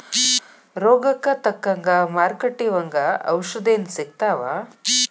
ರೋಗಕ್ಕ ತಕ್ಕಂಗ ಮಾರುಕಟ್ಟಿ ಒಂಗ ಔಷದೇನು ಸಿಗ್ತಾವ